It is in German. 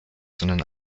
sondern